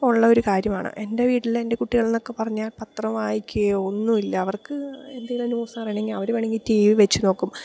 ഉള്ളൊരു കാര്യമാണ് എൻ്റെ വീട്ടില് എൻ്റെ കുട്ടികളെന്നൊക്കെപ്പറഞ്ഞാൽ പത്രം വായിക്കുകയോ ഒന്നുമില്ല അവർക്ക് എന്തേലും ന്യൂസറിയണമെങ്കില് അവര് വേണമെങ്കില് ടി വി വച്ചുനോക്കും